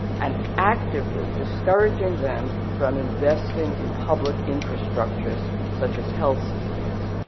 and actively discouraging them from investing in public infrastructures such as health systems.